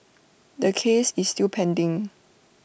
the case is still pending